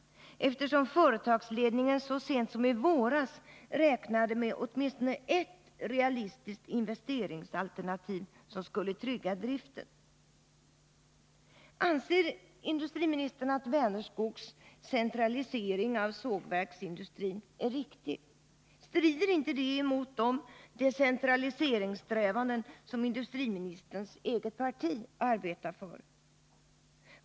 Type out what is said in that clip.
Företagsledningen räknade så sent som i våras med åtminstone ett realistiskt investeringsalternativ som skulle trygga driften. Anser industriministern att Vänerskogs centralisering av sågverksindustrin är riktig? Strider inte den emot de decentraliseringssträvanden som industriministerns eget parti arbetar för?